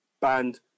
banned